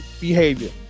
behavior